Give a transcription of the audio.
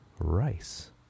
rice